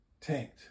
tanked